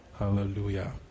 hallelujah